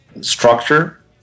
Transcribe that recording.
structure